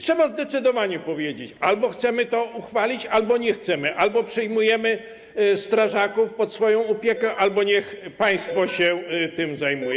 Trzeba zdecydowanie powiedzieć: Albo chcemy to uchwalić, albo nie chcemy, albo przyjmujemy strażaków pod swoją opiekę, albo niech państwo się tym zajmuje.